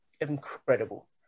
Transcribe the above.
incredible